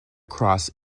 cross